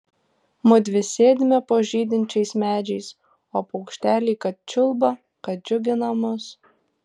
mudvi sėdime po žydinčiais medžiais o paukšteliai kad čiulba kad džiugina mus